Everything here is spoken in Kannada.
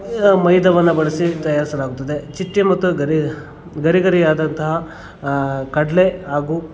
ಮೈದವನ್ನು ಬಳಸಿ ತಯಾರಿಸಲಾಗುತ್ತದೆ ಮತ್ತು ಗರಿ ಗರಿಗರಿ ಆದಂತಹ ಕಡಲೆ ಹಾಗೂ